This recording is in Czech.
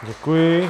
Děkuji.